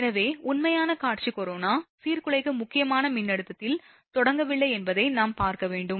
எனவே உண்மையான காட்சி கொரோனா சீர்குலைக்கும் முக்கியமான மின்னழுத்தத்தில் தொடங்கவில்லை என்பதை நாம் பார்க்க வேண்டும்